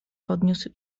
podniósł